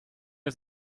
ist